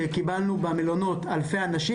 שקיבלנו במלונות אלפי אנשים.